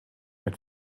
mit